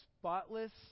spotless